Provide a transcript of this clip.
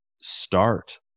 start